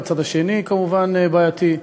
הצד השני כמובן בעייתי.